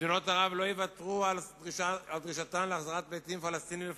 מדינות ערב לא יוותרו על דרישתן להחזרת פליטים פלסטינים לפלסטין,